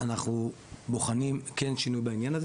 אנחנו בוחנים כן שינוי בעניין הזה.